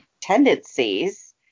tendencies